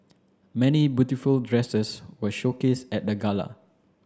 many beautiful dresses were showcased at the gala